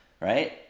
right